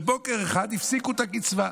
בוקר אחד הפסיקו את הקצבה.